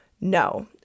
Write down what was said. No